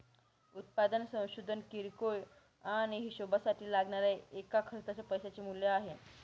उत्पादन संशोधन किरकोळ आणि हीशेबासाठी लागणाऱ्या एका खर्चाच्या पैशाचे मूल्य आहे